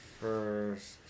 first